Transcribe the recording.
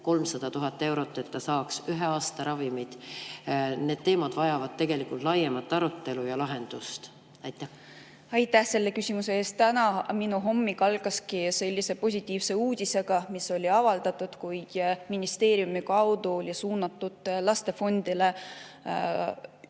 300 000 eurot, et ta saaks ühe aasta ravimid. Need teemad vajavad tegelikult laiemat arutelu ja lahendust. Aitäh selle küsimuse eest! Täna minu hommik algaski sellise positiivse uudisega, mis oli avaldatud, kui ministeeriumi kaudu oli suunatud Lastefondile